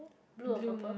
blue or purple